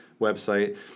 website